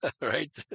right